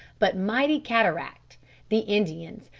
but mighty cataract the indians,